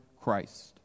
Christ